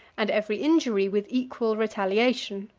and every injury with equal retaliation.